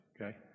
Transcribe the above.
Okay